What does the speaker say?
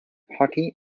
hockey